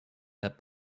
that